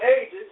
ages